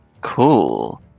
Cool